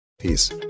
Peace